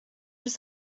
does